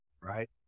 Right